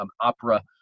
opera